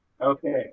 Okay